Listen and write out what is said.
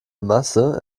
masse